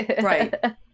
Right